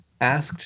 asked